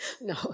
No